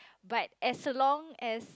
but as long as